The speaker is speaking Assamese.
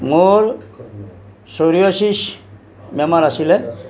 মোৰ ছৰিয়ছিছ বেমাৰ আছিলে